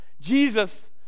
Jesus